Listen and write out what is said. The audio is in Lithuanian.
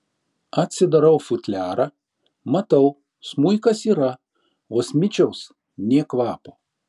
atsidarau futliarą matau smuikas yra o smičiaus nė kvapo